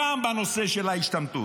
גם בנושא של ההשתמטות,